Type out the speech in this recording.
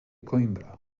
coimbra